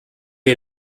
est